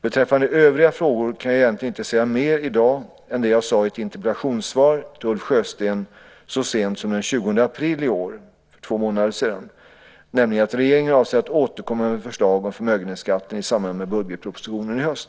Beträffande övriga frågor kan jag egentligen inte säga mer i dag än det jag sade i ett interpellationssvar till Ulf Sjösten så sent som den 20 april i år - för två månader sedan - nämligen att regeringen avser att återkomma med förslag om förmögenhetsskatten i samband med budgetpropositionen i höst.